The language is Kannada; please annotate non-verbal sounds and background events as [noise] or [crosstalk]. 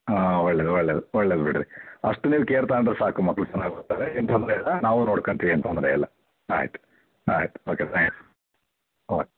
ಹಾಂ ಒಳ್ಳೇದು ಒಳ್ಳೇದು ಒಳ್ಳೇದು ಬಿಡಿರಿ ಅಷ್ಟು ನೀವು ಕೇರ್ ತಗೊಂಡ್ರೆ ಸಾಕು ಮಕ್ಕಳು ಚೆನ್ನಾಗಿ ಓದ್ತಾರೆ ಏನೂ ತೊಂದರೆಯಿಲ್ಲ ನಾವೂ ನೋಡ್ಕಂತೀವಿ ಏನೂ ತೊಂದರೆಯಿಲ್ಲ ಆಯಿತು ಆಯಿತು ಓಕೆ [unintelligible] ಓಕೆ